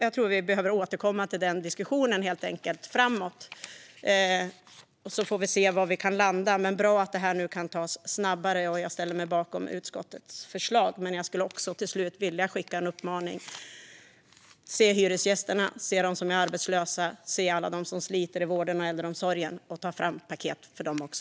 Jag tror att vi helt enkelt behöver återkomma till denna diskussion, och så får vi se var vi kan landa. Men det är bra att detta nu kan tas snabbare, och jag ställer mig bakom utskottets förslag. Men jag skulle också till slut vilja skicka en uppmaning: Se hyresgästerna, se dem som är arbetslösa och se alla dem som sliter i vården och äldreomsorgen och ta fram paket för dem också!